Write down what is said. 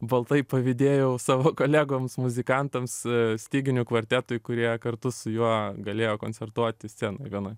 baltai pavydėjau savo kolegoms muzikantams styginių kvartetui kurie kartu su juo galėjo koncertuoti scenoj vienoj